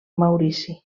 maurici